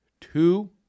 Two